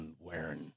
wearing